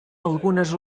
algunes